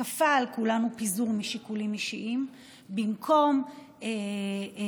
כפה על כולנו פיזור משיקולים אישיים במקום להחליט